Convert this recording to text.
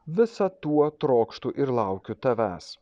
visą tuo trokštu ir laukiu tavęs